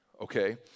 okay